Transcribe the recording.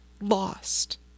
Lost